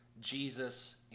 Jesus